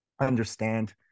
understand